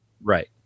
Right